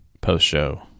post-show